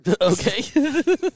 Okay